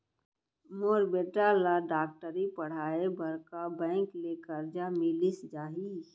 मोर बेटा ल डॉक्टरी पढ़ाये बर का बैंक ले करजा मिलिस जाही?